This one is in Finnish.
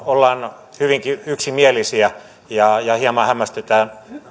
ollaan hyvinkin yksimielisiä hieman hämmästyttää